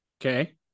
okay